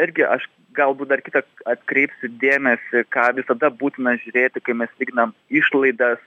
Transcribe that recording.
irgi aš galbūt dar kita atkreipsiu dėmesį ką visada būtina žiūrėti kai mes lyginam išlaidas